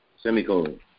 Semicolon